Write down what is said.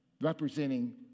Representing